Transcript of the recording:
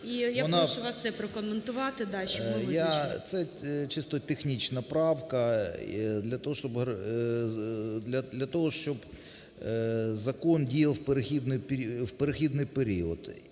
це чисто технічна правка для того, щоб закон діяв в перехідний період.